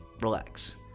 relax